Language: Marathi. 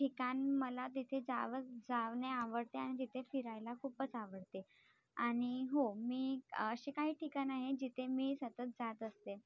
ठिकाण मला तिथे जावच जाणे आवडते आणि तिथे फिरायला खूपच आवडते आणि हो मी असे काही ठिकाणं आहेत जिथे मी सतत जात असते